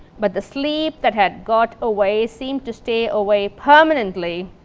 but the sleep that had got away seemed to stay away permanently.